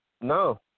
No